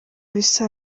bisa